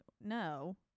no